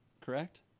correct